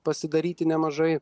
pasidaryti nemažai